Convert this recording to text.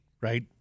Right